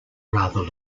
rather